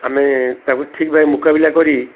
ଆମେ ତାକୁ ଠିକ୍ ଭାବେ ମୁକାବିଲା କରି